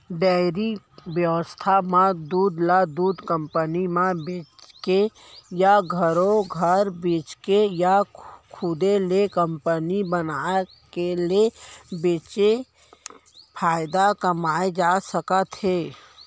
dairy के बेवसाय म दूद ल दूद कंपनी म बेचके या घरो घर बेचके या खुदे के कंपनी बनाके ले बेचके फायदा कमाए जा सकत हे